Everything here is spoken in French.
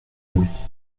louis